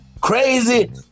crazy